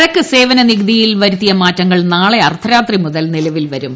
ചരക്കു സേവന നികുതിയിൽ വരുത്തിയ മാറ്റങ്ങൾ നാളെ അർദ്ധരാത്രിമുതൽ നിലവിൽ വരും